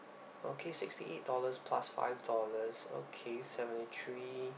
okay sixty eight dollars plus five dollars okay seventy three